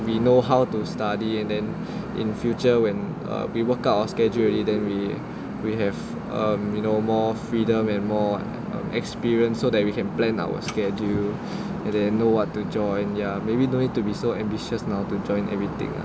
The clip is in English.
we know how to study and then in future when err we workout our schedule already then we we have um you know more freedom and more experience so that we can plan our schedule and then know what to join ya maybe don't need to be so ambitious now to join everything